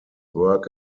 work